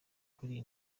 kuri